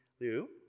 Liu